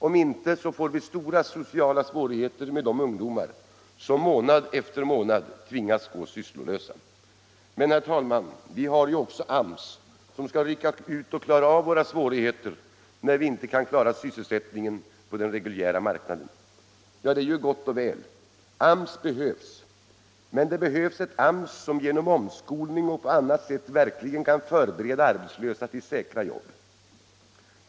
Om inte, får vi stora sociala svårigheter med de ungdomar som månad efter månad tvingas gå sysslolösa. Men, herr talman, vi har ju också AMS, som skall rycka ut och klara av våra svårigheter när vi inte kan ordna sysselsättningen på den reguljära marknaden. Ja, det är gott och väl. AMS behövs —- men en AMS som genom omskolning och på annat sätt verkligen kan förbereda arbetslösa för säkra jobb.